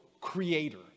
creator